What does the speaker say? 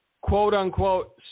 quote-unquote